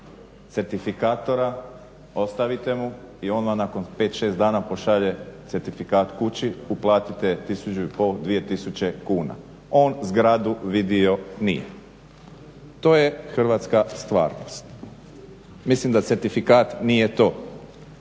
certifikatora, ostavite mu i on vam nakon 5-6 dana pošalje certifikat kući, uplatite 1500-2000 kuna. On zgradu vidio nije. To je hrvatska stvarnost. Mislim da certifikat nije to